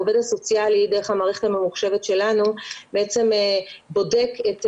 העובד הסוציאלי דרך המערכת הממוחשבת שלנו בודק מה